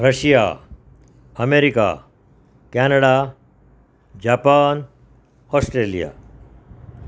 Russia America Canada Japan Australia